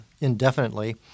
indefinitely